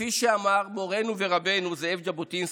כפי שאמר מורנו ורבנו זאב ז'בוטינסקי,